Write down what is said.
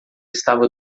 estava